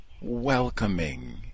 welcoming